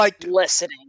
listening